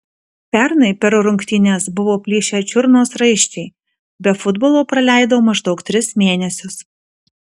pernai per rungtynes buvo plyšę čiurnos raiščiai be futbolo praleidau maždaug tris mėnesius